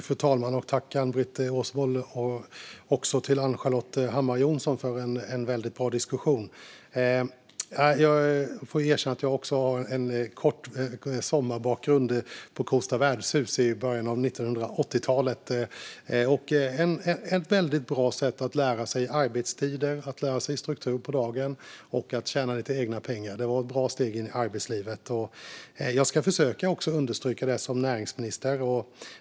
Fru talman! Jag tackar Ann-Britt Åsebol och Ann-Charlotte Hammar Johnsson för en väldigt bra diskussion. Jag får erkänna att jag också har en kort sommarbakgrund på Kosta värdshus i början av 1980-talet. Det var ett väldigt bra sätt att lära sig arbetstider, att lära sig att ha struktur på dagen och att få tjäna lite egna pengar. Det var ett bra steg in i arbetslivet. Jag ska som näringsminister också försöka understryka det.